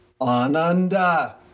Ananda